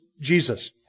Jesus